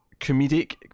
comedic